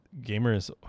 gamers